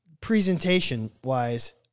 presentation-wise